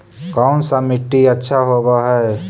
कोन सा मिट्टी अच्छा होबहय?